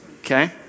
okay